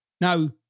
Now